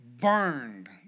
burned